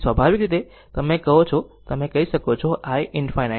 તેથી સ્વાભાવિક રીતે તમે કહો છો તે તમે કહી શકો છો iinfinity VsR